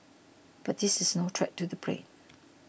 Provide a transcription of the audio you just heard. but this is no threat to the plane